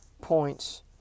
points